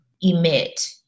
emit